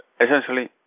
essentially